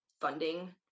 funding